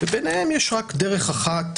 ובעיניהם יש רק דרך אחת